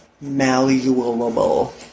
malleable